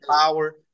power